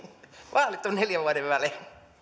vaalit ovat neljän vuoden välein